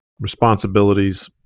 responsibilities